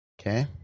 Okay